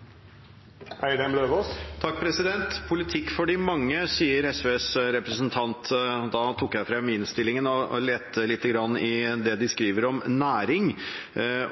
lite grann i det de skriver om næring,